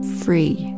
free